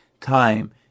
time